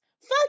Fuck